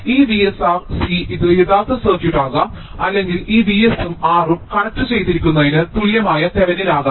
ഈ V s R c ഇത് യഥാർത്ഥ സർക്യൂട്ട് ആകാം അല്ലെങ്കിൽ ഈ V s ഉം R ഉം കണക്റ്റുചെയ്തിരിക്കുന്നതിന് തുല്യമായ തെവെനിൻ ആകാം